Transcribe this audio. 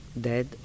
dead